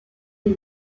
des